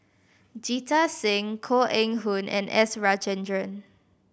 Jita Singh Koh Eng Hoon and S Rajendran